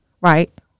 right